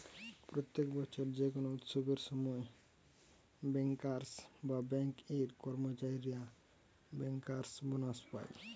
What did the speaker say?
প্রত্যেক বছর যে কোনো উৎসবের সময় বেঙ্কার্স বা বেঙ্ক এর কর্মচারীরা বেঙ্কার্স বোনাস পায়